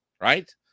right